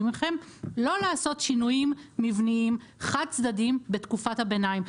ממכם לא לעשות שינויים מבניים חד צדדיים בתקופת הביניים.